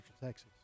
Texas